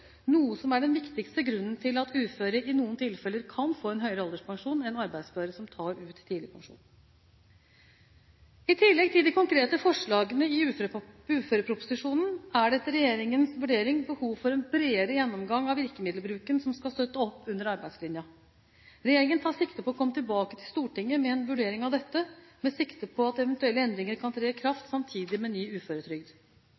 noe som er den viktigste grunnen til at uføre i noen tilfeller kan få en høyere alderspensjon enn arbeidsføre som tar ut tidligpensjon. I tillegg til de konkrete forslagene i uføreproposisjonen er det – etter regjeringens vurdering – behov for en bredere gjennomgang av virkemiddelbruken som skal støtte opp under arbeidslinjen. Regjeringen tar sikte på å komme tilbake til Stortinget med en vurdering av dette, med sikte på at eventuelle endringer kan tre i